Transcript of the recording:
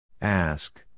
Ask